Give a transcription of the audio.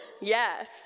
Yes